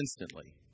instantly